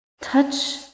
touch